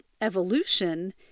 evolution